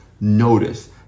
notice